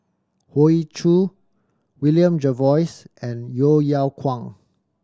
Hoey Choo William Jervois and Yeo Yeow Kwang